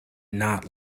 not